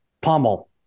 pummel